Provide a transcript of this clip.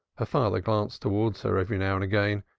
her father glanced towards her every now and again,